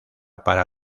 para